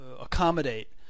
accommodate